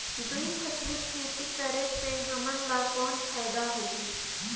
दुई फसली खेती करे से हमन ला कौन फायदा होही?